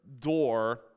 door